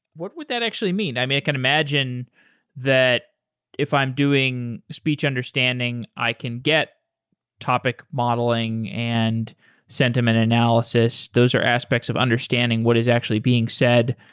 what would that actually mean? i mean, i can imagine that if i'm doing speech understanding, i can get topic modeling and sentiment analysis. those are aspects of understanding what is actually being said.